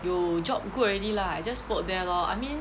有 job good already lah I just work there lor I mean